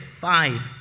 Five